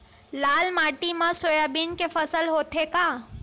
लाल माटी मा सोयाबीन के फसल होथे का?